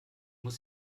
muss